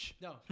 No